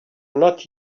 not